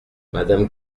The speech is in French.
madame